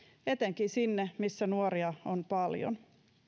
etenkin sinne missä nuoria on paljon